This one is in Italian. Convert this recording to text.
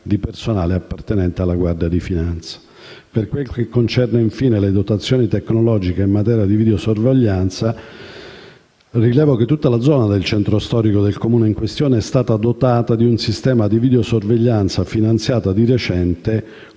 di personale appartenente alla Guardia di finanza. Per quel che concerne infine le dotazioni tecnologiche in materia di videosorveglianza, rilevo che tutta la zona del centro storico del Comune in questione è stata dotata di un sistema di videosorveglianza finanziato di recente